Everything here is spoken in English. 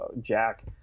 jack